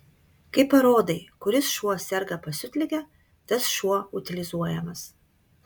kai parodai kuris šuo serga pasiutlige tas šuo utilizuojamas